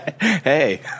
Hey